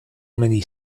many